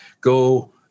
go